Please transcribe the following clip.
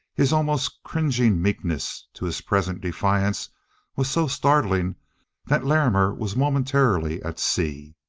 his almost cringing meekness, to his present defiance was so startling that larrimer was momentarily at sea.